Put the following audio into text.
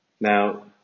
Now